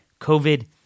COVID